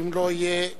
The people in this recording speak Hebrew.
ואם לא יהיה נוכח,